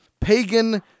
pagan